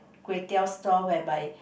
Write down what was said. Kway-Teow store whereby